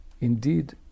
indeed